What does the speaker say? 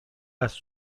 است